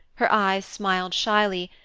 her eyes smiled shyly,